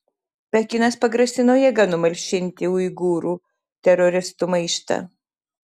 pekinas pagrasino jėga numalšinti uigūrų teroristų maištą